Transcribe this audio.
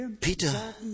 Peter